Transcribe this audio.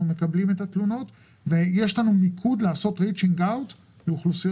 אנחנו עושים ריצ'ינג אאוט לאוכלוסיות